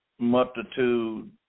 multitude